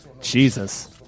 Jesus